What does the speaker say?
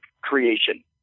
creation